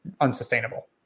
unsustainable